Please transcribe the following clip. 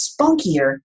spunkier